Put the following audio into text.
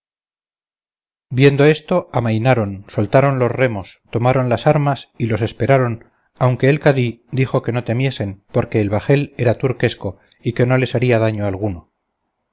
viendo esto amainaron soltaron los remos tomaron las armas y los esperaron aunque el cadí dijo que no temiesen porque el bajel era turquesco y que no les haría daño alguno